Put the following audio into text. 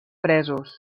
presos